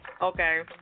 Okay